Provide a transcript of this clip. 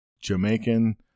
Jamaican